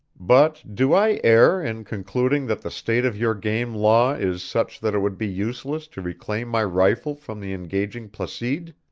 but do i err in concluding that the state of your game law is such that it would be useless to reclaim my rifle from the engaging placide?